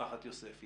משפחת יוספי?